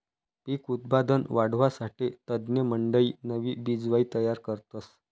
पिक उत्पादन वाढावासाठे तज्ञमंडयी नवी बिजवाई तयार करतस